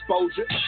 exposure